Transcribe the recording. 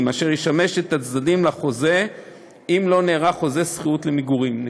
אשר ישמש את הצדדים לחוזה אם לא נערך חוזה שכירות למגורים.